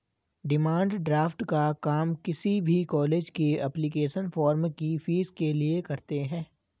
demand draft का काम किसी भी कॉलेज के एप्लीकेशन फॉर्म की फीस के लिए करते है